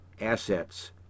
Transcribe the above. assets